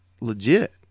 legit